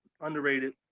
Underrated